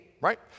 right